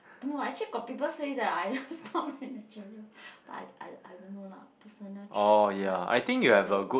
no actually got people say that I not managerial but I I don't know lah personal threat to like to